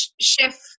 chef